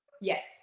Yes